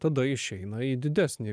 tada išeina į didesnį